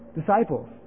disciples